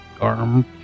arm